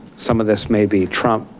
some of this may be trump,